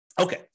Okay